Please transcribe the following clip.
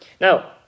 Now